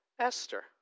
Esther